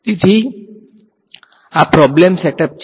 તેથી આ problem setup છે